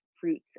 fruits